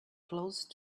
close